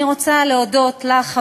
אני רוצה להודות לך,